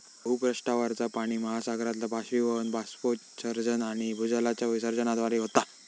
भूपृष्ठावरचा पाणि महासागरातला बाष्पीभवन, बाष्पोत्सर्जन आणि भूजलाच्या विसर्जनाद्वारे होता